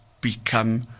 Become